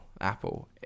Apple